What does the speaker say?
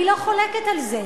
אני לא חולקת על זה,